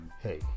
hey